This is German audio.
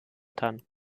tannen